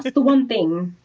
the one thing